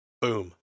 Boom